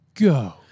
Go